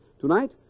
Tonight